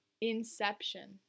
Inception